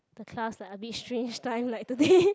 the class like a bit strange time like today